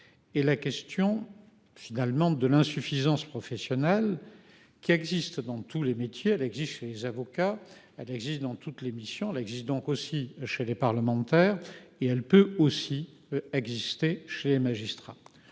Et la question. Finalement de l'insuffisance professionnelle qui existe dans tous les métiers, elle exige les avocats. Elle existe dans toute l'émission là existe donc aussi chez les parlementaires et elle peut aussi exister chez les magistrats.